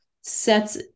sets